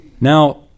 Now